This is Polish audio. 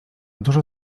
dużo